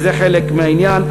וזה חלק מהעניין.